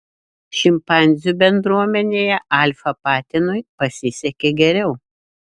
šimpanzių bendruomenėje alfa patinui pasisekė geriau